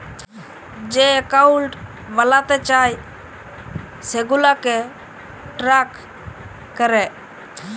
যে একাউল্ট বালাতে চায় সেগুলাকে ট্র্যাক ক্যরে